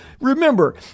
Remember